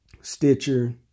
Stitcher